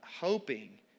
hoping